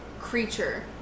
creature